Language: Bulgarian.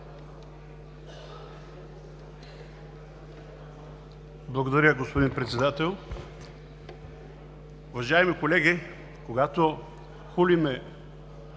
Благодаря, господин Председател. Уважаеми колеги, когато хулим